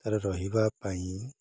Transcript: ତା'ର ରହିବା ପାଇଁ